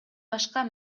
башка